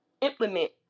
implement